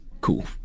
cool